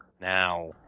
Now